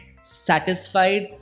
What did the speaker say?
satisfied